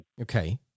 okay